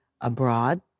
abroad